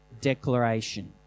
declaration